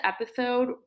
episode